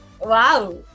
Wow